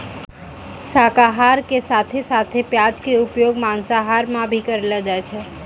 शाकाहार के साथं साथं प्याज के उपयोग मांसाहार मॅ भी करलो जाय छै